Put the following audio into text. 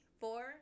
four